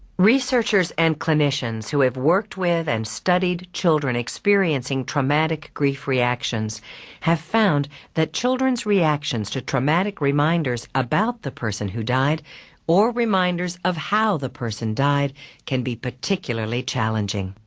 researchers and clinicians who have worked with and studied children experiencing traumatic grief reactions have found that children's reactions to traumatic reminders about the person who died or reminders of how the person died can be particularly challenging.